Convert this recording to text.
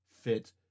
fit